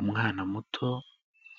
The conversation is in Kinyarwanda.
Umwana muto